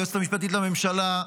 היועצת המשפטית לממשלה,